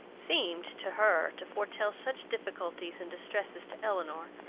seemed, to her, to foretell such difficulties and distresses to elinor,